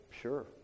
Sure